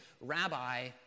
Rabbi